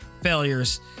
failures